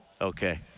Okay